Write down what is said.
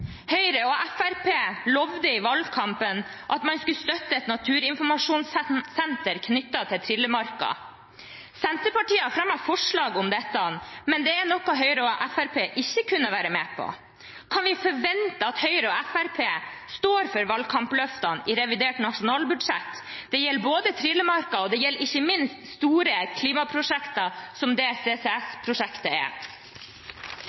Høyre og Fremskrittspartiet lovte i valgkampen at man skulle støtte et naturinformasjonssenter knyttet til Trillemarka. Senterpartiet har fremmet forslag om dette, men det er noe Høyre og Fremskrittspartiet ikke kunne være med på. Kan vi forvente at Høyre og Fremskrittspartiet står for valgkampløftene i revidert nasjonalbudsjett? Det gjelder Trillemarka, og det gjelder ikke minst store klimaprosjekter,